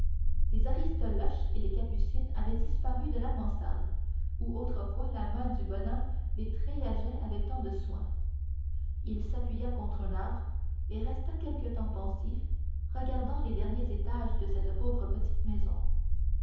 les aristoloches et les capucines avaient disparu de la mansarde où autrefois la main du bonhomme les treillageait avec tant de soin il s'appuya contre un arbre et resta quelque temps pensif regardant les derniers étages de cette pauvre petite maison